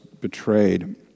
betrayed